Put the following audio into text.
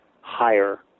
higher